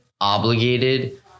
obligated